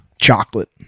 Chocolate